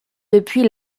depuis